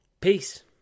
peace